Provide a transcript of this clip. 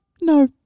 no